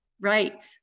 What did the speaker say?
Right